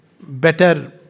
Better